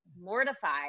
mortified